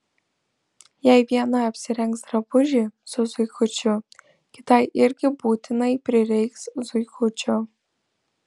jei viena apsirengs drabužį su zuikučiu kitai irgi būtinai prireiks zuikučio